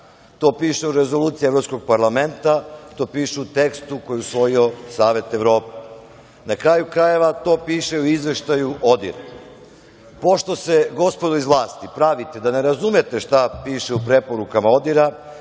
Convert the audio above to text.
To piše u Rezoluciji Evropskog parlamenta, to piše u tekstu koji je usvojio Savet Evrope. Na kraju krajeva, to piše i u Izveštaju ODIHR-a. Pošto se, gospodo iz vlasti, pravite da ne razumete šta piše u preporukama ODIHR-a